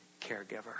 caregiver